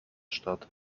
statt